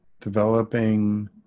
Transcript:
Developing